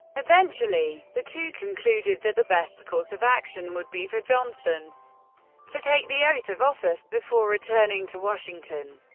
eventually, the two concluded that the best course of action would be for johnson to take the oath of office before returning to washington.